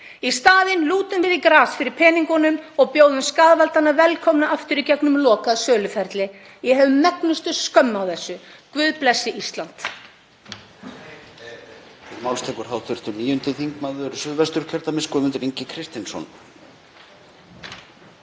Í staðinn lútum við í gras fyrir peningunum og bjóðum skaðvaldana velkomna aftur í gegnum lokað söluferli. Ég hef megnustu skömm á þessu. Guð blessi Ísland.